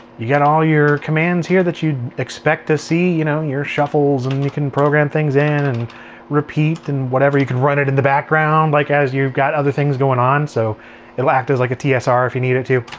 you got all your commands here that you'd expect to see, you know your shuffles and you can program things in and repeat and whatever you could run it in the background, like as you've got other things going on. so it'll act as like a tsr if you need it to.